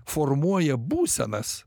formuoja būsenas